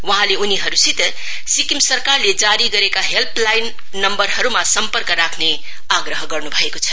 वहाँले उनीहरुसित सिक्किम सरकारले जारी गरेका हेलपलाइन नम्वरहरुमा सम्पर्क राख्ने आग्रह गर्नु भएको छ